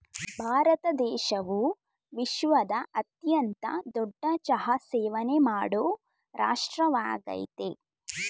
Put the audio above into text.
ಭಾರತ ದೇಶವು ವಿಶ್ವದ ಅತ್ಯಂತ ದೊಡ್ಡ ಚಹಾ ಸೇವನೆ ಮಾಡೋ ರಾಷ್ಟ್ರವಾಗಯ್ತೆ